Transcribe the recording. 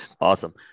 Awesome